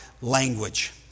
language